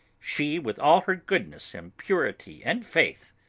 she with all her goodness and purity and faith,